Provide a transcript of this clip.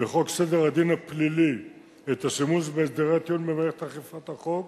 בחוק סדר הדין הפלילי את השימוש בהסדרי הטיעון במערכת אכיפת החוק